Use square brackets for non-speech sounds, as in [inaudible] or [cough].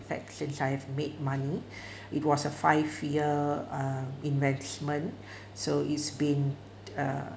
in fact since I have made money [breath] it was a five year um investment [breath] so it's been uh